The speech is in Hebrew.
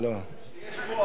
לך שיש פה,